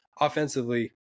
offensively